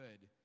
good